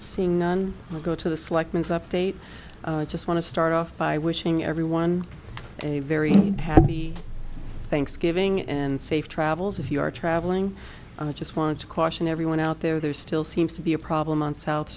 seeing none will go to the slackness update just want to start off by wishing everyone a very happy thanksgiving and safe travels if you are traveling on a just want to caution everyone out there there still seems to be a problem on south